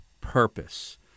purpose